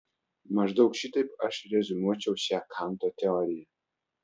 maždaug šitaip aš reziumuočiau šią kanto teoriją